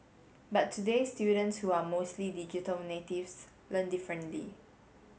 but today students who are mostly digital natives learn differently